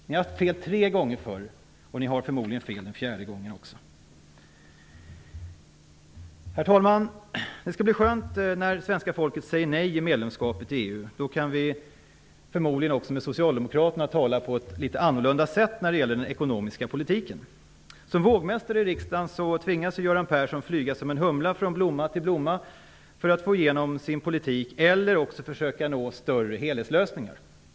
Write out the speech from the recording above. Ni har haft fel tre gånger tidigare och ni har förmodligen fel den fjärde gången också. Herr talman! Det skall bli skönt när svenska folket säger nej till medlemskapet i EU. Då kan vi förmodligen också med socialdemokraterna tala på ett litet annorlunda sätt när det gäller den ekonomiska politiken. Persson flyga som en humla från blomma till blomma för att få igenom sin politik eller också försöka nå större helhetslösningar.